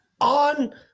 on